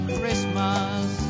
Christmas